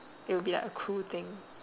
it would be like a cool thing